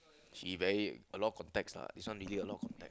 he very a lot of contacts lah this one he a lot of contact